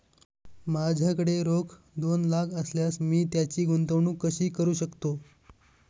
माझ्याकडे रोख दोन लाख असल्यास मी त्याची गुंतवणूक कशी करू शकतो?